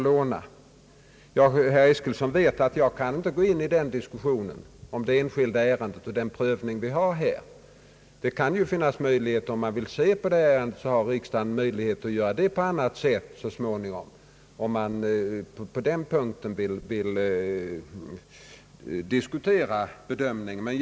Herr Eskilsson vet att jag inte kan gå in i diskussionen om detaljer i detta enskilda ärende. Riksdagen har möjlighet att granska underlaget för beslutet på annat sätt så småningom, om man på denna punkt vill diskutera bedömningen.